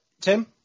Tim